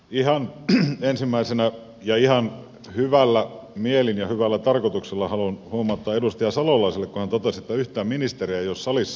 ihan ensimmäisenä ja ihan hyvällä mielin ja hyvällä tarkoituksella haluan huomauttaa edustaja salolaiselle kun hän totesi että yhtään ministeriä ei ole salissa